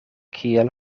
kiel